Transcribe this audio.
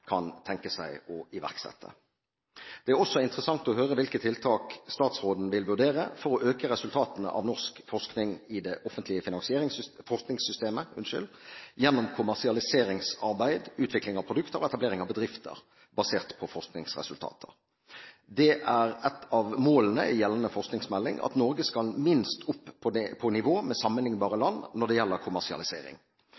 kan tenke seg å iverksette. Det er også interessant å høre hvilke tiltak statsråden vil vurdere for å øke resultatene av norsk forskning i det offentlige forskningssystemet, gjennom kommersialiseringsarbeid, utvikling av produkter og etablering av bedrifter basert på forskningsresultater. Det er et av målene i gjeldende forskningsmelding at Norge minst skal opp på nivå med sammenlignbare